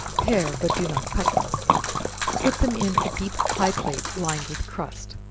pare, but do not cut them put them in a deep pie plate lined with crust,